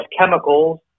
chemicals